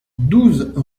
douze